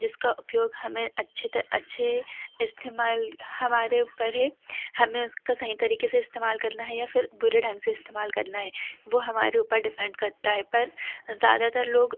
जिसका उपयोग हमें अच्छे अच्छे इस्तेमाल हमारे ऊपर है हमें उसका सही तरीके से इस्तेमाल करना है या फिर बुरे ढंग से इस्तेमाल करना है वह हमारे ऊपर डिपेंड करता है पर ज़्यादातर लोग